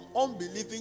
unbelieving